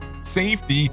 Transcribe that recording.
safety